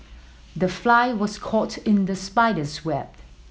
the fly was caught in the spider's web